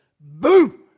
boom